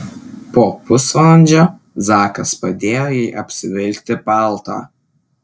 po pusvalandžio zakas padėjo jai apsivilkti paltą